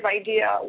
idea